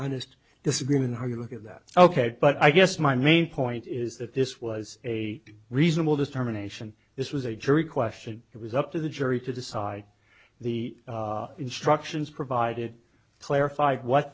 honest disagreement how you look at that ok but i guess my main point is that this was a reasonable this terminations this was a jury question it was up to the jury to decide the instructions provided clarified what